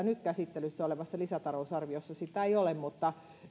nyt käsittelyssä olevassa lisätalousarviossa sitä ei ole mutta